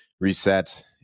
reset